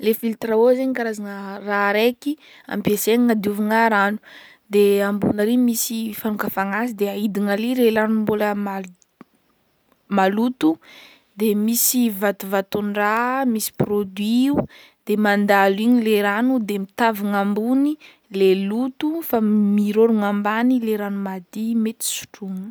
Le filtre à eau zegny karazagna raha araiky ampiasaigny agnadiovagna ragno, de ambony ery misy fanokafagna azy, de ahidigna ary le rano mbola mal- maloto de misy vatovaton-draha misy produit io de mandalo igny le rano de mitavagna ambony le loto fa m- mirorogno ambany le rano mady mety sotroigna.